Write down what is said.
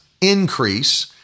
increase